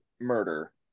murder